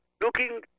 looking